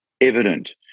evident